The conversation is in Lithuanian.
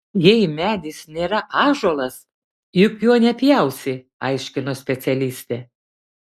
jei medis nėra ąžuolas juk jo nepjausi aiškino specialistė